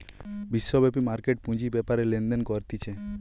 বিশ্বব্যাপী মার্কেট পুঁজি বেপারে লেনদেন করতিছে